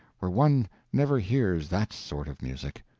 where one never hears that sort of music.